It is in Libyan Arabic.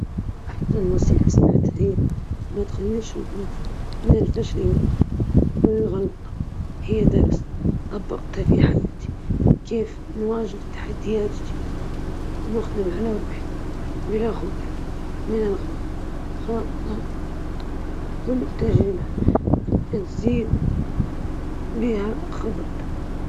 النصيحة كانت أن تعيش اللحظة وأنك تقدر تسيطر على سعادتك، طبقتها في حياتي بأن أركز على اللحظة الحالية وأستمتع بكل تفاصيلها، ولا أضيع وقتي في التفكير في الماضي أو المستقبل.